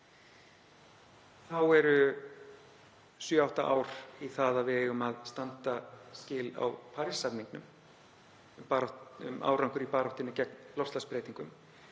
átta ár í það að við eigum að standa skil á Parísarsamningnum, um árangur í baráttunni gegn loftslagsbreytingum.